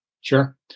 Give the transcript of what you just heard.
Sure